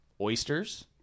oysters